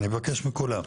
אני מבקש מכולם,